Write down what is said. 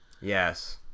Yes